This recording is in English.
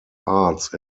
arts